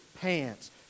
pants